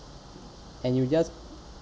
and you just